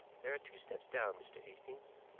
there are two steps down, mr. hastings.